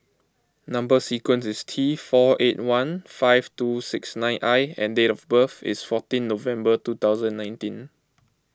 Number Sequence is T four eight one five two six nine I and date of birth is fourteen November two thousand and nineteen